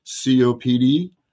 copd